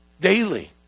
daily